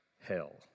hell